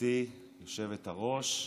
גברתי היושבת-ראש,